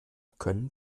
können